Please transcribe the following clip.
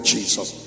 Jesus